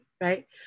right